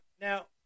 now